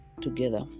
together